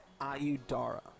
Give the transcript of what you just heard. Ayudara